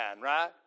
right